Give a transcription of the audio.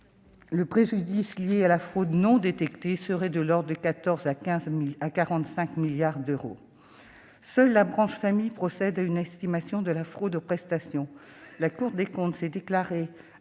Le préjudice lié à la fraude « non détectée » serait de l'ordre de 14 à 45 milliards d'euros. Seule la branche famille procède à une estimation de la fraude aux prestations. La Cour des comptes s'est déclarée